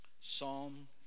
Psalm